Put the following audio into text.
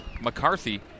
McCarthy